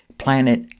planet